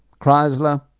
Chrysler